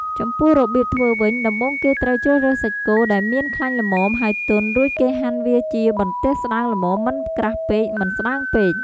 ចំពោះរបៀបធ្វើវិញ ដំបូងគេត្រូវជ្រើសរើសសាច់គោដែលមានខ្លាញ់ល្មម ហើយទន់ រួចគេហាន់វាជាបន្ទះស្តើងល្មមមិនក្រាស់ពេកមិនស្ដើងពេក។